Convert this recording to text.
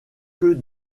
que